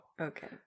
Okay